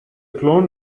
clone